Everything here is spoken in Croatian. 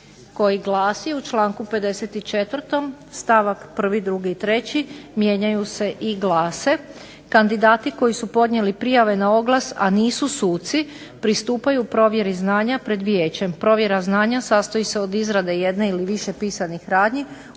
koji glasi: U članku 54. stavak 1., 2. i 3. mijenjaju se i glase: kandidati koji su podnijeli prijave na oglas, a nisu suci, pristupaju provjeri znanja pred Vijećem. Provjera znanja sastoji se od izrade jedne ili više pisanih radnji